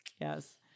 Yes